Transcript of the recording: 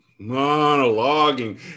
monologuing